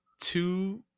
two